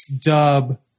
dub